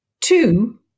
two